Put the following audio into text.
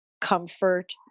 comfort